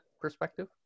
perspective